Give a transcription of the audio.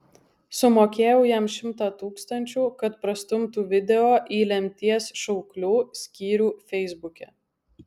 sumokėjau jam šimtą tūkstančių kad prastumtų video į lemties šauklių skyrių feisbuke